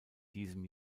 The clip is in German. diesem